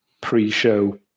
pre-show